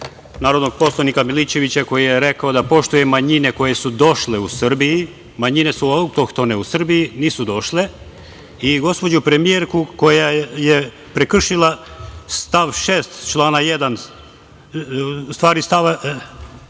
narodnog poslanika Milićevića koji je rekao da poštuje manjine koje su došle u Srbiju, manjine su autohtone u Srbiji, nisu došle, i gospođu premijerku koja je prekršila tačku 6) stav 1.